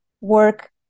work